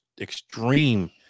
extreme